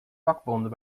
vakbonden